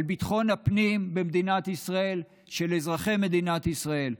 על ביטחון הפנים במדינת ישראל של אזרחי מדינת ישראל.